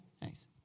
thanks